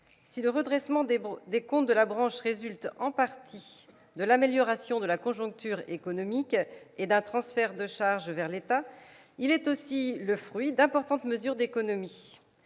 Si le redressement des comptes de la branche résulte, en partie, de l'amélioration de la conjoncture économique et d'un transfert de charges vers l'État, il est aussi le fruit d'importantes mesures d'économies.